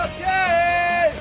Okay